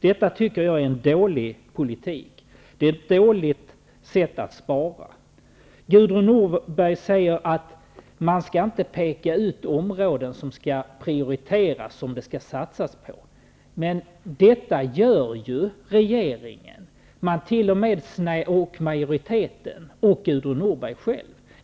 Detta tycker jag är en dålig politik. Det är ett dåligt sätt att spara. Gudrun Norberg säger att man inte skall peka ut områden som skall prioriteras, områden som det skall satsat på. Men det gör ju regeringen, majoriteten och Gudrun Norberg själv.